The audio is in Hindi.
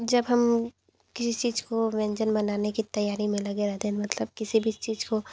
जब हम किसी चीज़ को व्यंजन बनाने की तैयारी में लगे रहते है मतलब किसी भी चीज़ को